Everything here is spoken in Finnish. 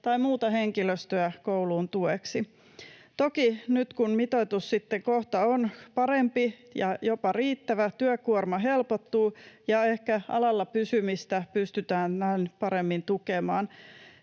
tai muuta henkilöstöä kouluun tueksi. Toki nyt, kun mitoitus on kohta parempi ja jopa riittävä, työkuorma helpottuu, ja ehkä alalla pysymistä pystytään vähän paremmin tukemaan